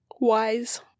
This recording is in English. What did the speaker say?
wise